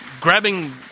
grabbing